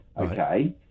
okay